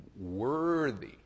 worthy